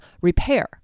repair